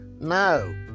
no